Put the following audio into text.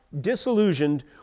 disillusioned